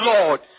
Lord